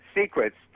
secrets